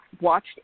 watched